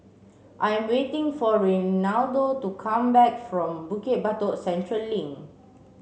I'm waiting for Reynaldo to come back from Bukit Batok Central Link